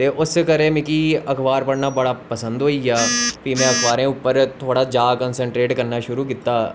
ते उस करी मिगी अखबार पढ़ना बड़ा पसंद ऐ फ्ही में अखबारें उप्पर जादा कनसंट्रेट करना शुरु कीता